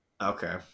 Okay